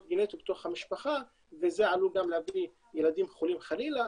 גנטיות בתוך המשפחה וזה עלול גם להביא ילדים חולים חלילה,